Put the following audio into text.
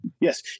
Yes